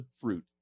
fruit